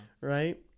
right